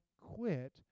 quit